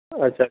ਅੱਛਾ